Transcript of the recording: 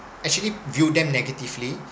actually viewed them negatively